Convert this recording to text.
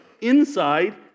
inside